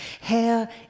Hair